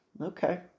Okay